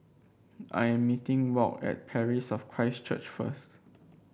I am meeting Walt at Parish of Christ Church first